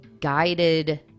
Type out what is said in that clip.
guided